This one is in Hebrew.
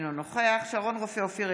אינו נוכח שרון רופא אופיר,